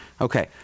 Okay